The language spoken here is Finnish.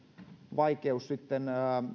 vaikeus